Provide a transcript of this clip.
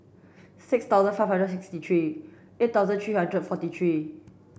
six thousand five hundred sixty three eight thousand three hundred forty three